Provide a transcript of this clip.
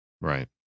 Right